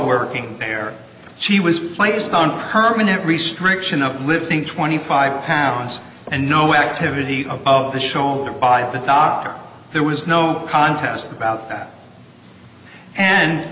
working pair she was placed on permanent restriction of lifting twenty five pounds and no activity of the shoulder by the doctor there was no contest about that and